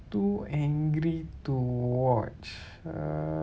too angry to watch uh